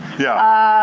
yeah. um,